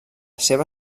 seva